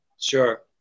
Sure